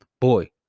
boy